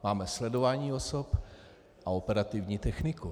Máme sledování osob a operativní techniku.